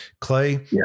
Clay